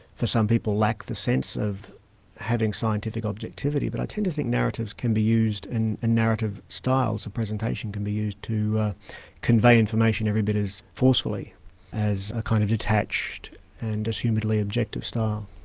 for some people lack the sense of having scientific objectivity. but i tend to think narratives can be used and narrative styles of presentation can be used to convey information every bit as forcefully as a kind of detached and assumedly objective style.